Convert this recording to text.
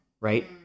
right